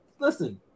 listen